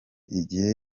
igihe